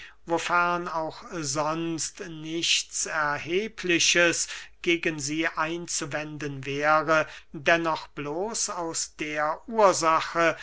wofern auch sonst nichts erhebliches gegen sie einzuwenden wäre dennoch bloß aus der ursache